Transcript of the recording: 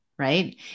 Right